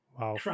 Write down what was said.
Wow